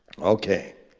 okay,